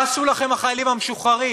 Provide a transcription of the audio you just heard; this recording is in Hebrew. מה עשו לכם החיילים המשוחררים